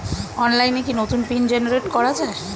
অনলাইনে কি নতুন পিন জেনারেট করা যায়?